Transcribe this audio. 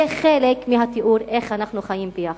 זה חלק מהתיאור איך אנחנו חיים ביחד.